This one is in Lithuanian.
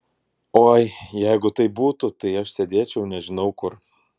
oi jeigu taip būtų tai aš sėdėčiau nežinau kur